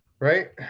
Right